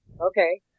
Okay